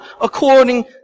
according